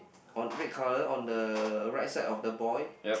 on red color on the right side of the boy